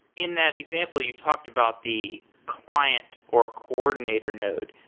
in that example, you talked about the client or coordinator node.